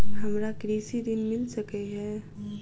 हमरा कृषि ऋण मिल सकै है?